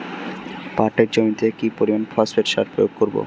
পাটের জমিতে কি পরিমান ফসফেট সার প্রয়োগ করব?